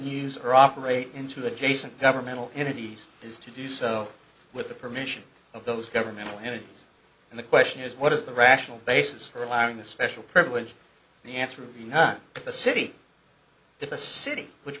use or operate into adjacent governmental entities is to do so with the permission of those governmental entities and the question is what is the rational basis for allowing this special privilege the answer would be not a city if a city which